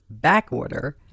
backorder